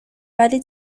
ولی